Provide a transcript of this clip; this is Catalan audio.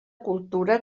cultura